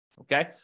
okay